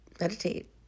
meditate